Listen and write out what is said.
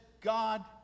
god